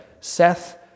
Seth